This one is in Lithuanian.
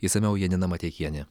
išsamiau janina mateikienė